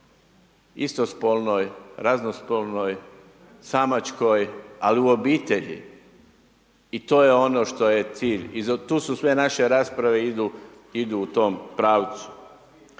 istospolnoj, raznospolnoj, samačkoj, ali u obitelji i to je ono što je cilj i tu su, sve naše rasprave idu u tom pravcu.